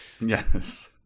Yes